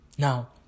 Now